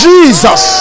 Jesus